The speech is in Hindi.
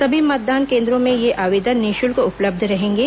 सभी मतदान केन्द्रों में ये आवेदन निःशुल्क उपलब्ध रहेंगे